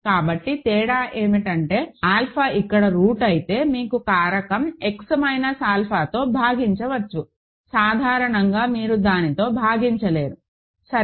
కాబట్టి తేడా ఏమిటంటే ఆల్ఫా ఇక్కడ రూట్ అయితే మీరు కారకం X మైనస్ ఆల్ఫాతో భాగించవచ్చు సాధారణంగా మీరు దానితో భాగించలేరు సరే